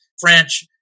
French